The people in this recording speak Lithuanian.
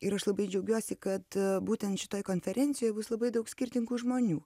ir aš labai džiaugiuosi kad būtent šitoj konferencijoj bus labai daug skirtingų žmonių